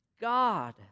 God